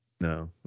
No